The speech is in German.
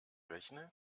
rechne